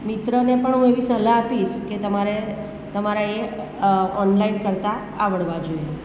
મિત્રોને પણ હું એવી સલાહ આપીશ કે તમારે તમારે એ ઓનલાઇન કરતાં આવડવા જોઈએ